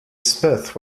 smith